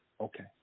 okay